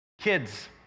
Kids